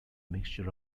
mixture